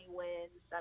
wins